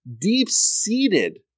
deep-seated